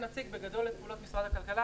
נציג בגדול את פעולות משרד הכלכלה.